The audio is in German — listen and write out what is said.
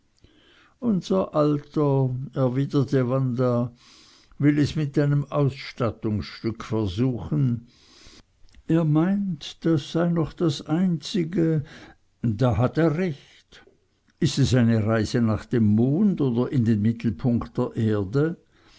unser alter erwiderte wanda will es mit einem ausstattungsstück versuchen er meint es sei noch das einzige da hat er recht ist es eine reise nach dem mond oder in den mittelpunkt der erde